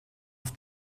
auf